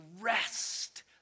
rest